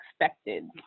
expected